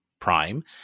prime